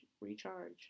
recharge